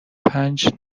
پنج